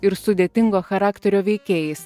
ir sudėtingo charakterio veikėjais